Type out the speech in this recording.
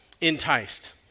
enticed